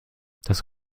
das